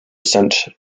sent